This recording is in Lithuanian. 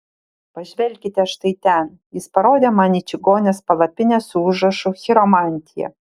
pažvelkite štai ten jis parodė man į čigonės palapinę su užrašu chiromantija